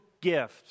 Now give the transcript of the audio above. gift